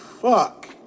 fuck